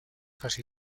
casi